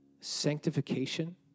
sanctification